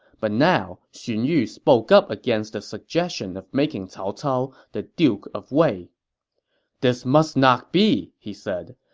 but now, xun yu spoke up against the suggestion of making cao cao the duke of wei this must not be! he said.